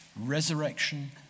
resurrection